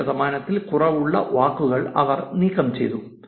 05 ശതമാനത്തിൽ കുറവുള്ള വാക്കുകൾ അവർ നീക്കം ചെയ്തു